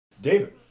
David